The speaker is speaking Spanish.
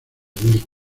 lic